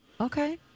Okay